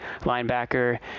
linebacker